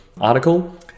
article